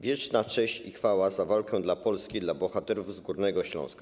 Wieczna cześć i chwała za walkę dla Polski dla bohaterów z Górnego Śląska.